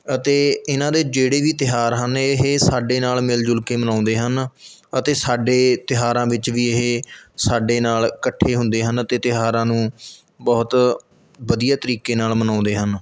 ਅਤੇ ਇਹਨਾਂ ਦੇ ਜਿਹੜੇ ਵੀ ਤਿਉਹਾਰ ਹਨ ਇਹ ਸਾਡੇ ਨਾਲ਼ ਮਿਲ ਜੁਲ ਕੇ ਮਨਾਉਂਦੇ ਹਨ ਅਤੇ ਸਾਡੇ ਤਿਉਹਾਰਾਂ ਵਿੱਚ ਵੀ ਇਹ ਸਾਡੇ ਨਾਲ ਇਕੱਠੇ ਹੁੰਦੇ ਹਨ ਅਤੇ ਤਿਉਹਾਰਾਂ ਨੂੰ ਬਹੁਤ ਵਧੀਆ ਤਰੀਕੇ ਨਾਲ਼ ਮਨਾਉਂਦੇ ਹਨ